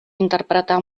interpretar